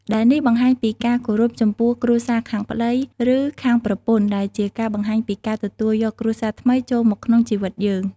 ដែលនេះបង្ហាញពីការគោរពចំពោះគ្រួសារខាងប្តី ឬខាងប្រពន្ធ ដែលជាការបង្ហាញពីការទទួលយកគ្រួសារថ្មីចូលមកក្នុងជីវិតយើង។